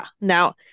Now